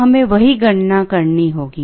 तो हमें वही गणना करनी होगी